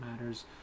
matters